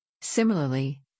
similarly